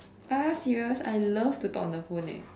ah serious I love to talk on the phone eh